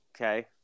okay